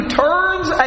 turns